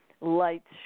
lights